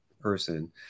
person